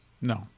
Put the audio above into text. No